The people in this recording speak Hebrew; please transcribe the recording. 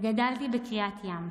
וגדלתי בקריית ים.